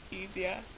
easier